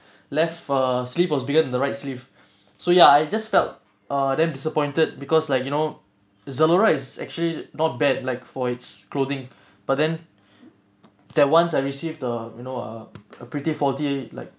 left uh sleeve was bigger than the right sleeve so ya I just felt uh damn disappointed because like you know zalora is actually not bad like for its clothing but then that once I receive the you know uh uh pretty faulty like